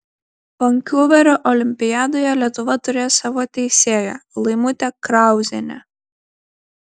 vankuverio olimpiadoje lietuva turės savo teisėją laimutę krauzienę